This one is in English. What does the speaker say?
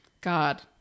God